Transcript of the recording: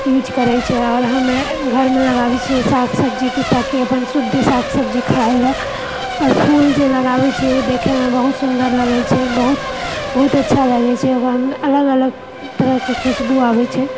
use करैत छै आ हम घरमे लगाबय छियै साग सब्जी ताकि हम शुद्ध साग सब्जी खाय लए आओर फूल जे लगाबय छियै ओ देखेमे बहुत सूंदर लागैत छै बहुत अच्छा लागैत छै ओकरामे अलग अलग तरहके खुशबू आबैत छै